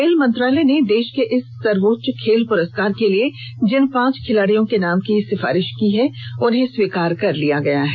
खेल मंत्रालय ने देश के इस सर्वोच्च खेल पुरस्कार के लिये जिन पांच खिलाड़ियों के नाम की सिफारिश की गयी थी उन्हें स्वीकार कर लिया है